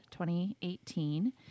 2018